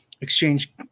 Exchange